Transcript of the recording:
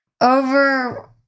over